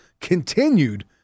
continued